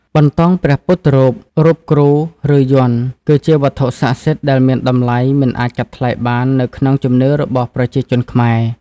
បន្តោងព្រះពុទ្ធរូប រូបគ្រូ ឬយ័ន្ត គឺជាវត្ថុស័ក្តិសិទ្ធិដែលមានតម្លៃមិនអាចកាត់ថ្លៃបាននៅក្នុងជំនឿរបស់ប្រជាជនខ្មែរ។